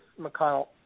McConnell